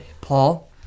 Paul